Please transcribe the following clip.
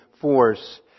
force